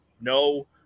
No